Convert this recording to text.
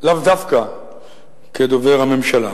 לאו דווקא כדובר הממשלה.